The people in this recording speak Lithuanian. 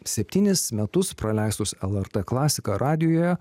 septynis metus praleistus lrt klasika radijuje